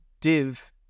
div